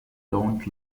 don’t